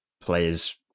players